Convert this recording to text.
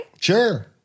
Sure